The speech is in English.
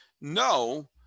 No